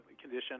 condition